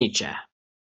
bažnyčia